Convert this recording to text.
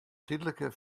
tydlike